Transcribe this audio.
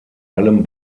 allem